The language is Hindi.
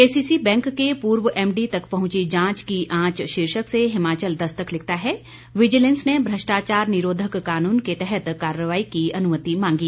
केसीसी बैंक के पूर्व एमडी तक पहुंची जांच की आंच शीर्षक से हिमाचल दस्तक लिखता है विजिलेंस ने भ्रष्टाचार निरोधक कानून के तहत कार्रवाइ की अनुमति मांगी